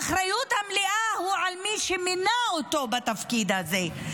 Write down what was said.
כי האחריות המלאה היא על מי שמינה אותו לתפקיד הזה,